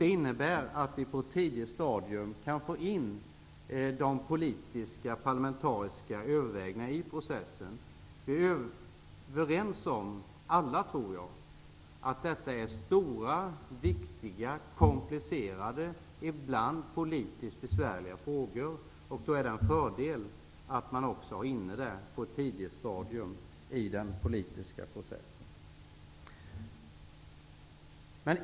Det innebär att man på ett tidigt stadium kan få in de politiska, parlamentariska övervägningarna i processen. Vi är nog alla överens om att detta är stora, viktiga, komplicerade och ibland politiskt besvärliga frågor. Då kan det vara en fördel att dessa övervägningar ingår i den politiska processen på ett tidigt stadium.